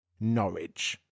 Norwich